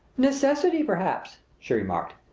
necessity, perhaps, she remarked.